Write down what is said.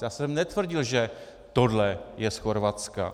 Já jsem netvrdil, že tohle je z Chorvatska.